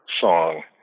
song